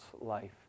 life